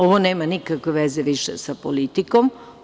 Ovo nema nikakve veze sa politikom.